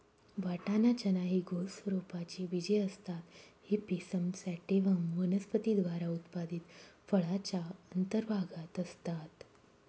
वाटाणा, चना हि गोल स्वरूपाची बीजे असतात ही पिसम सॅटिव्हम वनस्पती द्वारा उत्पादित फळाच्या अंतर्भागात असतात